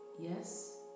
Yes